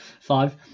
Five